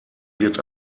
wird